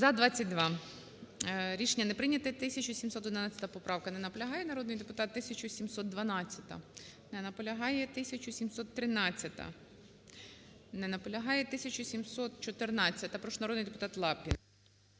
За-22. Рішення не прийняте. 1711 поправка. Не наполягає народний депутат. 1712-а. Не наполягає. 1713-а. Не наполягає. 1714-а. Прошу, народний депутат Лапін.